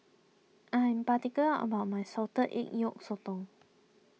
I'm particular about my Salted Egg Yolk Sotong